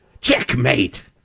Checkmate